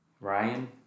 Ryan